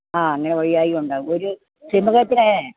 ആ അങ്ങനെ വയ്യായ്ക ഉണ്ടാകും ഒരു സിംഹത്തിനെ